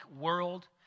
world